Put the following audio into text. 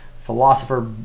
philosopher